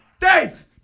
Dave